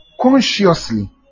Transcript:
consciously